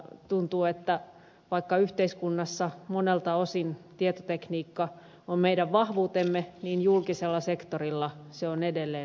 tuntuu että vaikka yhteiskunnassa monelta osin tietotekniikka on meidän vahvuutemme niin julkisella sektorilla se on edelleen musta aukko